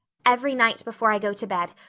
every night before i go to bed,